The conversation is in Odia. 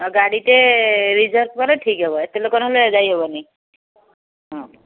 ଆଉ ଗାଡ଼ିଟେ ରିଜର୍ଭ ପରେ ଠିକ୍ ହବ ଏତେ ଲୋକ ନ ହେଲେ ଯାଇ ହବନି ହଁ